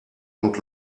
und